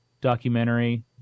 documentary